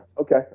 okay